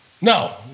No